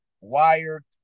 wired